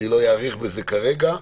ואני לא אאריך בזה כרגע.